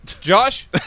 Josh